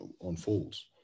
unfolds